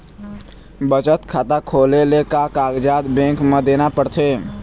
बचत खाता खोले ले का कागजात बैंक म देना पड़थे?